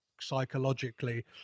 psychologically